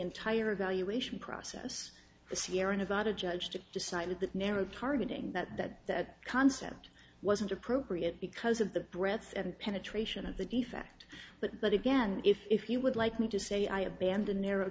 entire evaluation process the sierra nevada judge to decided that narrative targeting that that that concept wasn't appropriate because of the breaths and penetration of the defect but but again if you would like me to say i abandon narrow